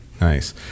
nice